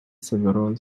several